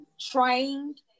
trained